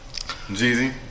Jeezy